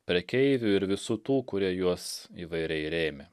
prekeivių ir visų tų kurie juos įvairiai rėmė